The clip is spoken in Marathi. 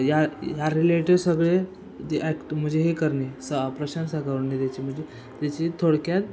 या या रिलेटिव्ह सगळे जे ॲक्ट म्हणजे हे करणे स प्रशंसा करणे त्याची म्हणजे त्याची थोडक्यात